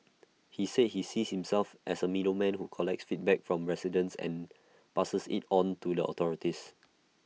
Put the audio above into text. he said he sees himself as A middleman who collects feedback from residents and passes IT on to the authorities